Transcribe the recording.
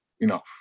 enough